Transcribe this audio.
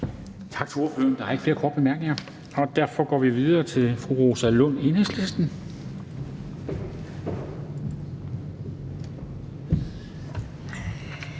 Tak til ordføreren. Der er ikke flere korte bemærkninger, og derfor går vi videre til fru Rosa Lund, Enhedslisten.